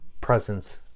presence